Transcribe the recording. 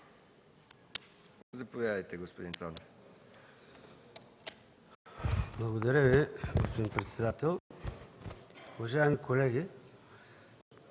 Заповядайте, господин Стойнев.